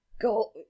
go